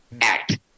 Act